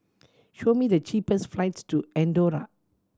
show me the cheapest flights to Andorra